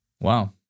Wow